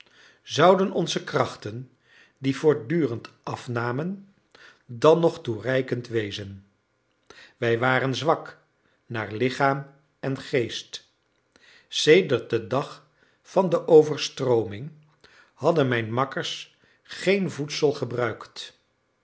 zouden onze krachten die voortdurend afnamen dan nog toereikend wezen wij waren zwak naar lichaam en geest sedert den dag van de overstrooming hadden mijn makkers geen voedsel gebruikt